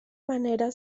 manera